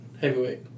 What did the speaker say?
heavyweight